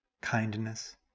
kindness